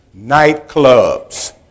Nightclubs